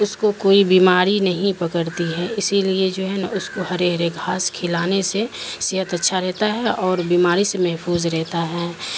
اس کو کوئی بیماری نہیں پکڑتی ہے اسی لیے جو ہے نا اس کو ہرے ہرے گھاس کھلانے سے صحت اچھا رہتا ہے اور بیماری سے محفوظ رہتا ہے